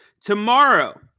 tomorrow